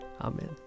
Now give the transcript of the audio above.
Amen